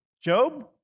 Job